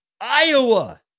Iowa